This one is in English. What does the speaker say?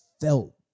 felt